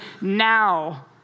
now